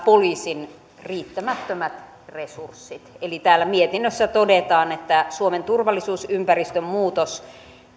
poliisin riittämättömät resurssit eli täällä mietinnössä todetaan että suomen turvallisuusympäristön muutos